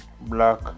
black